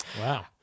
Wow